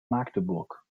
magdeburg